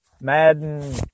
Madden